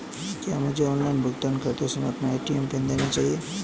क्या मुझे ऑनलाइन भुगतान करते समय अपना ए.टी.एम पिन देना चाहिए?